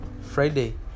friday